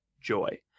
joy